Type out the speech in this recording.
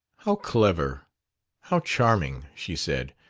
how clever how charming! she said.